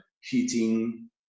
heating